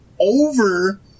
over